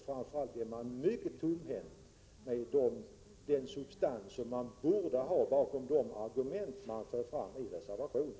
Framför allt är man mycket tomhänt beträffande den substans som man borde ha bakom de argument som man för fram i reservationen.